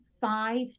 five